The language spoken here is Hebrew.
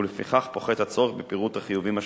ולפיכך פוחת הצורך בפירוט החיובים השנתי.